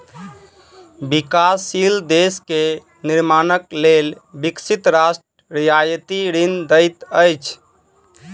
विकासशील देश के निर्माणक लेल विकसित राष्ट्र रियायती ऋण दैत अछि